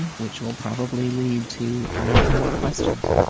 which will probably lead to a lot more questions.